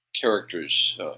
characters